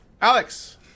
Alex